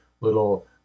little